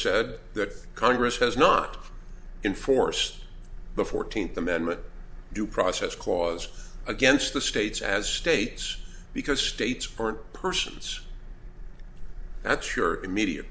said that congress has not been for course the fourteenth amendment due process clause against the states as states because states or persons that's your immediate